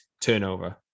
turnover